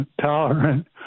Tolerant